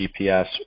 GPS